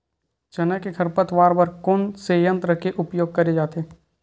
चना के खरपतवार बर कोन से यंत्र के उपयोग करे जाथे?